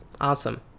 Awesome